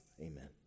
Amen